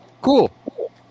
cool